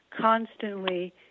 constantly